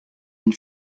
une